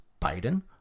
Biden